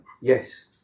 Yes